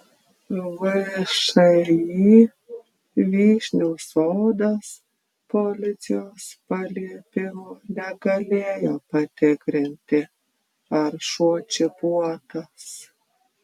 všį vyšnių sodas policijos paliepimu negalėjo patikrinti ar šuo čipuotas